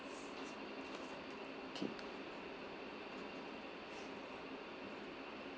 okay